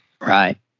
Right